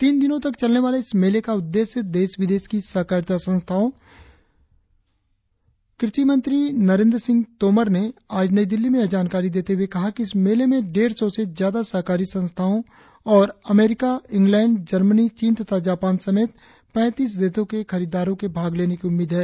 तीन दिनों तक चलने वाले इस मेले का उद्देश्य देश विदेश की सहकारिता संस्थाओं कृषि मंत्री नरेंद्र सिंह तोमर ने आज नई दिल्ली में यह जानकारी देते हुए कहा कि इस मेले में डेढ़ सौ से ज्यादा सहकारी संस्थाओं और अमरीका इंग्लैंड जर्मनी चीन तथा जापान समेत पैंतीस देशों के खरीददारों के भाग लेने की उम्मीद है